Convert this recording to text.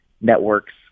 networks